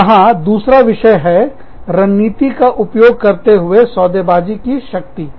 यहां दूसरा विषय है रणनीति का उपयोग करते हुए सौदेबाजी सौदाकारी की शक्ति है